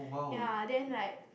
ya then like